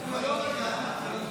(צדק חלוקתי בכל הרשויות המתוקצבות במדינת ישראל),